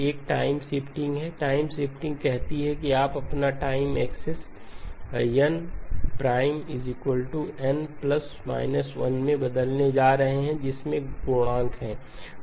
एक time shifting है time shifting कहती है कि आप अपना टाइम एक्सेस nn± N0 में बदलने जा रहे हैं जिसमें N0 पूर्णांक है